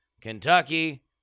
Kentucky